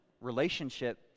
relationship